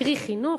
קרי חינוך,